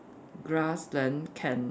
grass then can